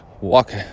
walk